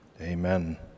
Amen